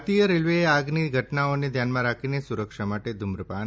ભારતીય રેલવેએ આગની ઘટનાઓને ધ્યાનમાં રાખીને સુરક્ષા માટે ધ્રમ્રપાન